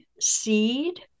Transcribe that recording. seed